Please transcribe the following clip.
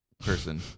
Person